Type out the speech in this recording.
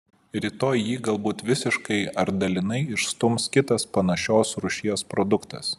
rytoj jį galbūt visiškai ar dalinai išstums kitas panašios rūšies produktas